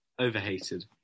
Overhated